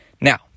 Now